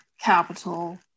capital